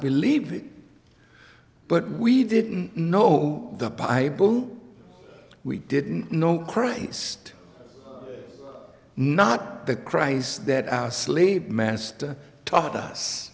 believe it but we didn't know the bible we didn't know christ not the christ that our slave master taught us